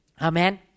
Amen